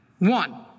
one